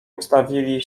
ustawili